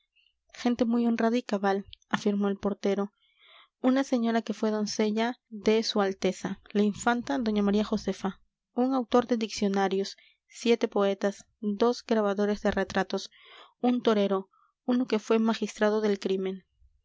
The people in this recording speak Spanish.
gente muy honrada y cabal afirmó el portero una señora que fue doncella de s a la infanta doña maría josefa un autor de diccionarios siete poetas dos grabadores de retratos un torero uno que fue magistrado del crimen